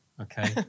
okay